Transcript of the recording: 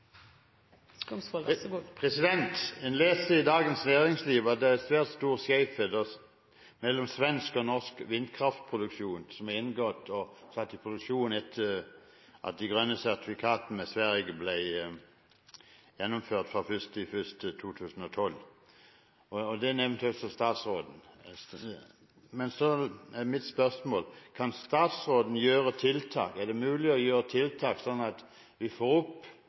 replikkordskifte. En leser i Dagens Næringsliv at det er svært store skjevheter mellom vedtatt svensk og norsk vindkraftproduksjon etter at de grønne sertifikatene med Sverige ble gjennomført fra 1. januar 2012. Det nevnte også statsråden. Mitt spørsmål er: Er det mulig for statsråden å gjøre tiltak sånn at vi får opp